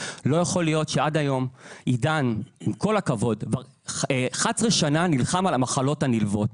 להיות שעד היום עידן כבר 11 שנה נלחם עם המחלות הנלוות.